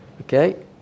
Okay